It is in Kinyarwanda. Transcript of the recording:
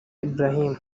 ibrahim